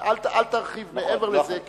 אל תרחיב מעבר לזה כי,